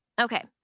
Okay